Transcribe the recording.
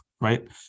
right